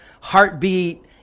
heartbeat